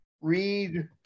read